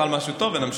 נאכל משהו טוב ונמשיך.